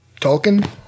Tolkien